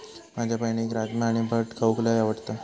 माझ्या बहिणीक राजमा आणि भट खाऊक लय आवडता